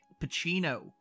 Pacino